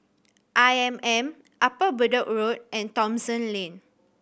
I M M Upper Bedok Road and Thomson Lane